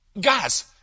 Guys